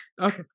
Okay